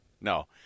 No